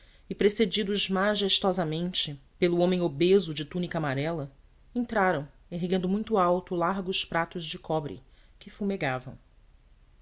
e precedidos majestosamente pelo homem obeso de túnica amarela entraram erguendo muito alto largos pratos de cobre que